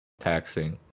taxing